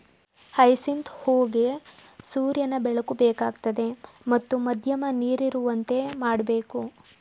hyacinth ಹೂಗೆ ಸೂರ್ಯನ ಬೆಳಕು ಬೇಕಾಗ್ತದೆ ಮತ್ತು ಮಧ್ಯಮ ನೀರಿರುವಂತೆ ಮಾಡ್ಬೇಕು